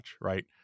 right